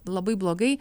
labai blogai